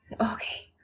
okay